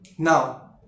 Now